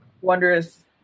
wondrous